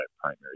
primary